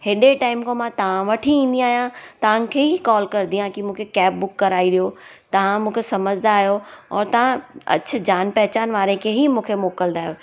एॾे टाइम को मां तव्हां वटि ई ईंदी आहियां तव्हांखे ई कॉल कंदी आहियां की मूंखे कैब बुक कराइ ॾियो तव्हां मूंखे सम्झिंदा आहियो ऐं तव्हां अछ जान पहचान वारे खे ई मूंखे मोकिलिंदा आहियो